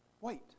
Wait